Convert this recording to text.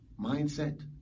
Mindset